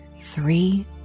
three